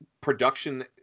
production